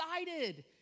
excited